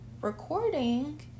recording